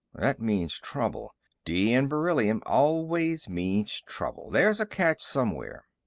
that means trouble. d n beryllium always means trouble. there's a catch somewhere.